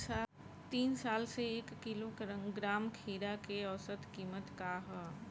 तीन साल से एक किलोग्राम खीरा के औसत किमत का ह?